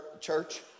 church